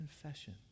confession